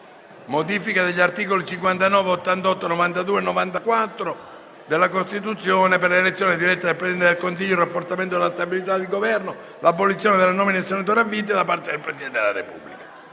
***Modifiche agli articoli 59, 88, 92 e 94 della Costituzione per l'elezione diretta del Presidente del Consiglio dei ministri, il rafforzamento della stabilità del Governo e l'abolizione della nomina dei senatori a vita da parte del Presidente della Repubblica***